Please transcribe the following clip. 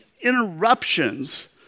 interruptions